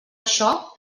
això